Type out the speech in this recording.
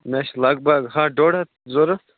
مےٚ چھِ لگ بَگ ہَتھ ڈۅڈ ہَتھ ضروٗرت